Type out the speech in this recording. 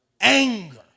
Anger